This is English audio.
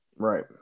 Right